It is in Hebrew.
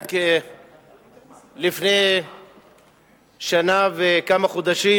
רק לפני שנה וכמה חודשים